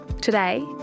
Today